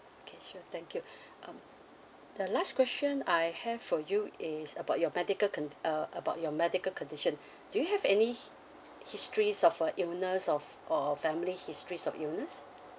okay sure thank you um the last question I have for you is about your medical cond~ uh about your medical condition do you have any hi~ histories of uh illness of or family histories of illness